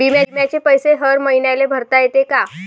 बिम्याचे पैसे हर मईन्याले भरता येते का?